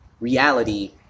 reality